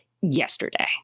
yesterday